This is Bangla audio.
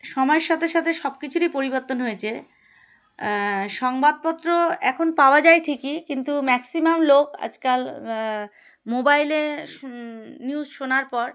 সময়ের সাথে সাথে সব কিছুরই পরিবর্তন হয়েছে সংবাদপত্র এখন পাওয়া যায় ঠিকই কিন্তু ম্যাক্সিমাম লোক আজকাল মোবাইলে শো নিউজ শোনার পর